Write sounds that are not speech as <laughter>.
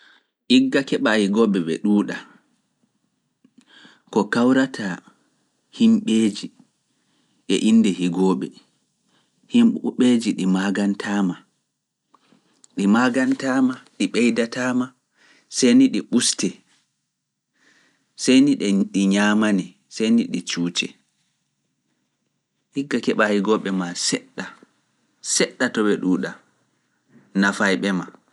Igga keɓa higooɓe ɓe ɗuuɗa, ko kawrata himɓeeji e innde higooɓe, himɓeeji ɗi maagantaama, ɗi ɓeydataama, sai ni ɗi <unintelligible> ubstee, sai ni ɗi ñaamane, saeni ɗi cuuɗee. Igga keɓa higooɓe maa seɗɗa, seɗɗa ɓe ɗuuɗa, nafay ɓe maa.